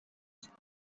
schied